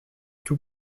tout